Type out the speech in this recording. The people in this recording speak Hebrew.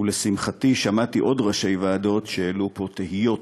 ולשמחתי, שמעתי עוד ראשי ועדות שהעלו פה תהיות